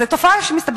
זו תופעה שמסתבר